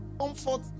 Comfort